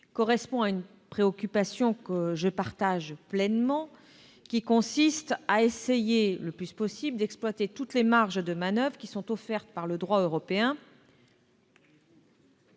correspond à une préoccupation, que je partage pleinement, qui consiste à essayer d'exploiter au mieux toutes les marges de manoeuvre offertes par le droit européen